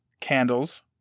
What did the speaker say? candles